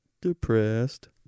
Depressed